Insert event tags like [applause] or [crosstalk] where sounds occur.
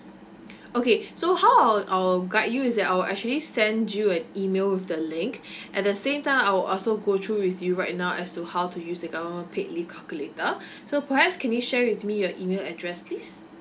[breath] okay [breath] so how I'll I will guide you is that I'll actually send you an E mail with the link [breath] at the same time I will also go through with you right now as to how to use the government paid leave calculate so perhaps can you share with me your E mail address please